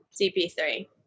CP3